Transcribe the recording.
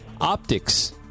Optics